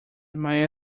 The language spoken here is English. might